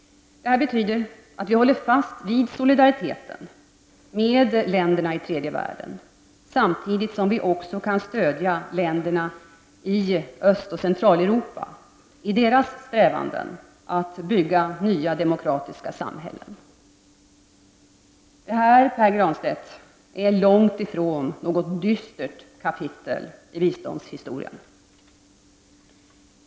Det betyder att vi håller fast vid solidariteten med länderna i tredje världen, samtidigt som vi också kan stödja länderna i Östoch Centraleuropa i deras strävanden att bygga nya, demokratiska samhällen. Det här, Pär Granstedt, är långt ifrån något dystert kapitel i biståndshistorien.